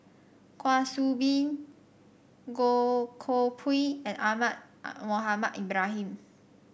Kwa Soon Bee Goh Koh Pui and Ahmad Mohamed Ibrahim